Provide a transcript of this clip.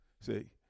See